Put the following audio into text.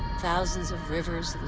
thousands of rivers,